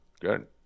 Good